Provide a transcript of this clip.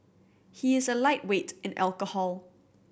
he is a lightweight in alcohol